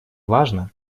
важно